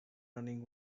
running